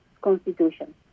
Constitution